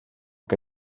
que